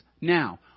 Now